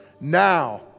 Now